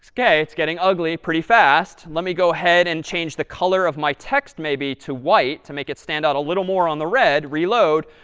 so ok, it's getting ugly pretty fast. let me go ahead and change the color of my text maybe to white to make it stand out a little more on the red. reload.